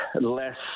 less